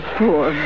poor